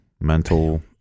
Mental